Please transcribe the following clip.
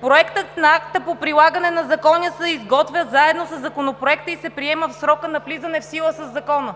„Проектът на акта по прилагане на Закона се изготвя заедно със Законопроекта и се приема в срока на влизане на Закона